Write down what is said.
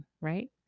right